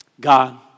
God